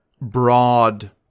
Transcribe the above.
broad